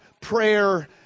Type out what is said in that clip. prayer